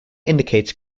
indicates